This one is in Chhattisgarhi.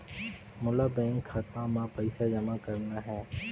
मोला बैंक खाता मां पइसा जमा करना हे?